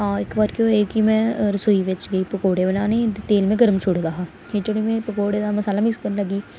आं इक्क बारी केह् होआ कि में रसोई बिच गेई पकौड़े बनाने गी ते तेल में गर् छुड़े दा हा जेल्लै में पकौड़ें दा मसाला मिक्स करन लग्गी